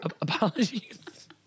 apologies